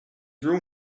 real